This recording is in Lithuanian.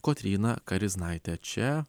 kotryną kariznaitę čia